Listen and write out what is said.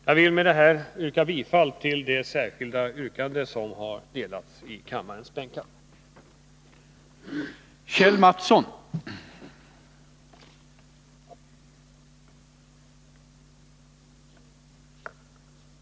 Jag vill med detta yrka bifall till det särskilda yrkande som har delgivits kammarens ledamöter och som har följande lydelse: